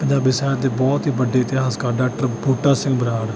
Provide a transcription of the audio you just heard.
ਪੰਜਾਬੀ ਸਾਹਿਤ ਦੇ ਬਹੁਤ ਹੀ ਵੱਡੇ ਇਤਿਹਾਸਕਾਰ ਡਾਕਟਰ ਬੂਟਾ ਸਿੰਘ ਬਰਾੜ